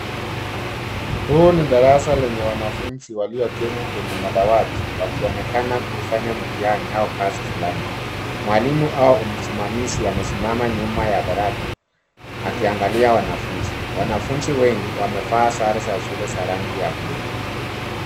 Huu ni darasa lenye wanafunzi walioketi kwenye madawati wakionekana kufanya mtihani au kazi fulani. Mwalimu au msimamizi amesimama nyuma ya darasa akiangalia wanafunzi. Wanafunzi wengi wamevaa sare za shule za rangi ya bluu.